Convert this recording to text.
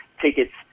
tickets